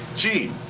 gee,